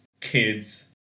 kids